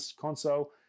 console